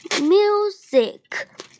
music